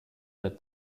der